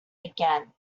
again